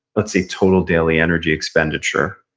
let's say, total daily energy expenditure.